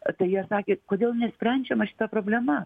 tai jie sakė kodėl nesprendžiama šita problema